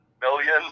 million